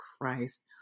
Christ